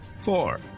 Four